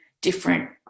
different